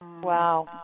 Wow